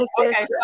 Okay